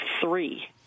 three